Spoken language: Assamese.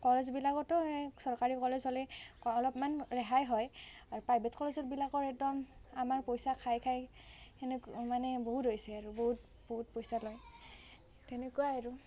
কলেজবিলাকতো সেই চৰকাৰী কলেজ হ'লে অলপমান ৰেহাই হয় আৰু প্ৰাইভেট কলেজতবিলাকৰ একদম আমাৰ পইচা খাই খাই সেনেকুৱা মানে বহুত হৈছে আৰু বহুত বহুত পইচা লয় তেনেকুৱাই আৰু